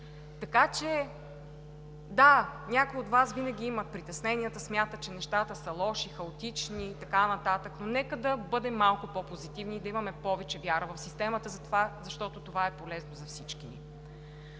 Така че, да, някои от Вас винаги имат притесненията, смятат, че нещата са лоши, хаотични и така нататък, но нека да бъдем малко по-позитивни, да имаме повече вяра в системата, затова защото това е полезно за всички ни.